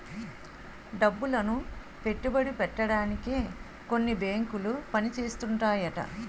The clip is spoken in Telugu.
డబ్బులను పెట్టుబడి పెట్టడానికే కొన్ని బేంకులు పని చేస్తుంటాయట